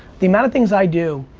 the amount of things i do